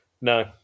No